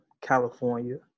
California